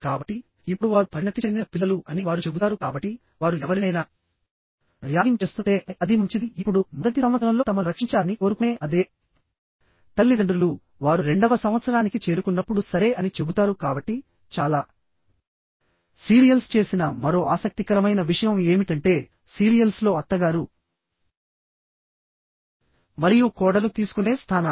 కాబట్టి ఇప్పుడు వారు పరిణతి చెందిన పిల్లలు అని వారు చెబుతారు కాబట్టివారు ఎవరినైనా ర్యాగింగ్ చేస్తుంటే అది మంచిది ఇప్పుడుమొదటి సంవత్సరంలో తమను రక్షించాలని కోరుకునే అదే తల్లిదండ్రులువారు రెండవ సంవత్సరానికి చేరుకున్నప్పుడు సరే అని చెబుతారు కాబట్టిచాలా సీరియల్స్ చేసిన మరో ఆసక్తికరమైన విషయం ఏమిటంటేసీరియల్స్లో అత్తగారు మరియు కోడలు తీసుకునే స్థానాలు